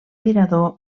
mirador